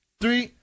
three